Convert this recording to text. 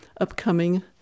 upcoming